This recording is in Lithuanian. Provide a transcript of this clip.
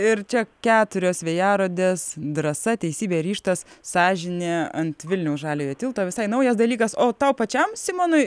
ir čia keturios vėjarodės drąsa teisybė ryžtas sąžinė ant vilniaus žaliojo tilto visai naujas dalykas o tau pačiam simonai